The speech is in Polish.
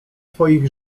twoje